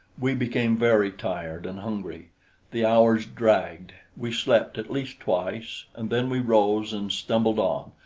we became very tired and hungry the hours dragged we slept at least twice, and then we rose and stumbled on,